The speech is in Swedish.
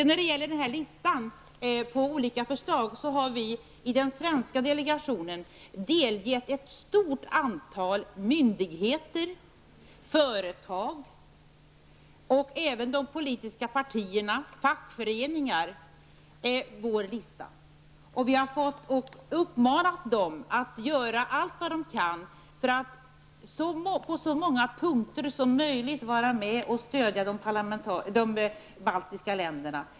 När det gäller listan på olika förslag har vi från den svenska delegationen delgett ett stort antal myndigheter, företag, politiska partier och fackföreningar vår lista. Vi har uppmanat dem att göra allt vad de kan för att på så många punkter som möjligt vara med och stödja de baltiska länderna.